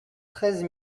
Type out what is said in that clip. treize